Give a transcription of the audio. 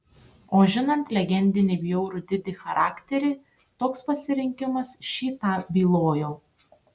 o žinant legendinį bjaurų didi charakterį toks pasirinkimas šį tą bylojo